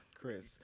Chris